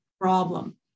problem